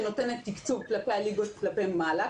מה שנותן תקצוב לליגות למעלה,